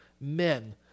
men